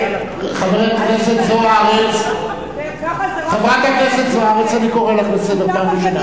חברת הכנסת זוארץ, אני קורא אותך לסדר פעם ראשונה.